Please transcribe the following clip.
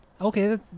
Okay